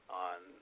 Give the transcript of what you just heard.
on